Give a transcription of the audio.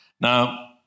Now